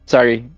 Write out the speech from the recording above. Sorry